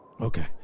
Okay